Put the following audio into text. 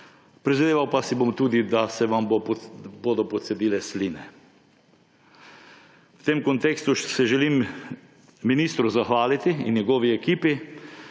prizadeval pa si bom tudi, da se vam bodo pocedile sline. V tem kontekstu se želim ministru zahvaliti in njegovi ekipi,